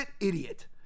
idiot